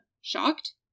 Shocked